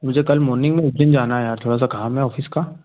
मुझे कल मॉर्निंग में उज्जैन जाना है यार थोड़ा सा काम है ऑफ़िस का